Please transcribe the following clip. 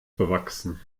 bewachsen